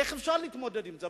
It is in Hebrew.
איך אפשר להתמודד עם זה?